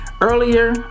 Earlier